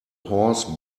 horse